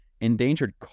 endangered